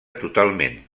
totalment